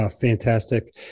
Fantastic